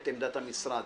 את עמדת המשרד,